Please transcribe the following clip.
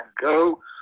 go